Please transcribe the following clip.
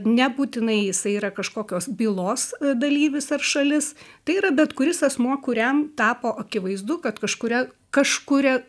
nebūtinai jisai yra kažkokios bylos dalyvis ar šalis tai yra bet kuris asmuo kuriam tapo akivaizdu kad kažkuria kažkuria